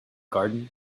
garden